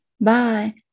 Bye